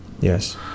Yes